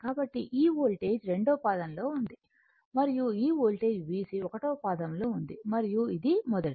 కాబట్టి ఈ వోల్టేజ్ రెండవ పాదం లో ఉంది మరియు ఈ వోల్టేజ్ VC ఒకటవ పాదం లో ఉంది మరియు ఇది మొదటిది